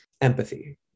empathy